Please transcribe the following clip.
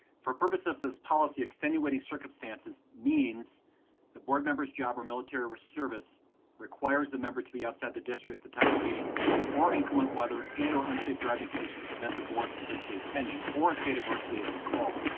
for purpose of this policy, extenuating circumstances means the board members, job or military were service requires the member to be outside the district at the time of the meeting or inclement weather and or unsafe driving conditions prevent the board from physically attending or a state of emergency has been called.